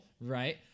right